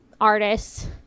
artists